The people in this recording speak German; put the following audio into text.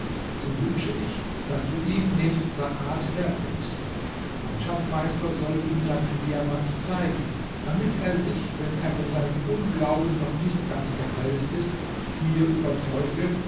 so wünsche ich daß du ihn nebst saad herbringst mein schatzmeister soll ihm dann den diamant zeigen damit er sich wenn er von seinem unglauben noch nicht ganz geheilt ist hier überzeuge